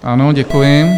Ano, děkuji.